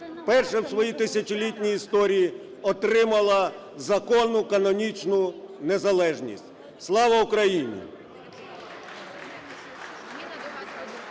вперше в своїй тисячолітній історії отримала законну канонічну незалежність. Слава Україні!